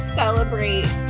celebrate